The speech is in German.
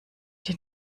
die